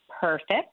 perfect